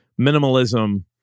minimalism